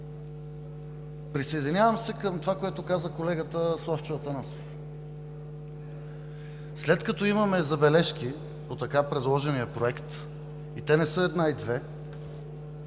Присъединявам се към това, което каза колегата Славчо Атанасов. След като имаме забележки по така предложения проект и те не са една и две,